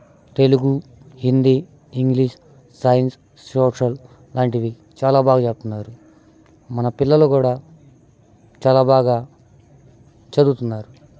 Telugu Hindi English science social లాంటివి చాలా బాగా చెప్తున్నారు మన పిల్లలు కూడా చాలా బాగా చదువుతున్నారు